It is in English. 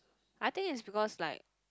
I think is because like